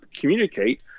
communicate